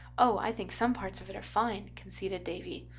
oh, i think some parts of it are fine, conceded davy.